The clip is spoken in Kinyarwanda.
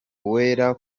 uwera